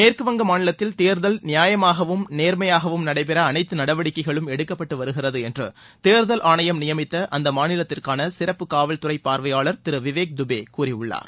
மேற்குவங்க மாநிலத்தில் தேர்தல் நியாயமாகவும் நேர்மையாகவும் நடைபெற அனைத்து நடவடிக்கைகளும் எடுக்கப்பட்டு வருகிறது என்று தேர்தல் ஆணையம் நியமித்த அந்த மாநிலத்திற்கான சிறப்பு காவல்துறை பார்வையாளர் திரு விவேக் துபே கூறியுள்ளார்